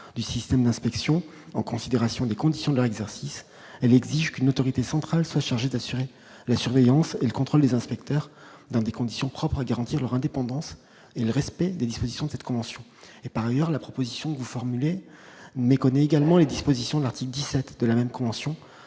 du système d'inspection en considération des conditions de leur exercice elle exige qu'une autorité centrale soit chargée d'assurer la surveillance et le contrôle des inspecteurs dans des conditions propres à garantir leur indépendance et le respect des dispositions de cette convention, et par ailleurs la proposition que vous formulez connaît également les dispositions de l'article 17 de la même convention